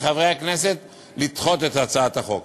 מחברי הכנסת לדחות את הצעת החוק.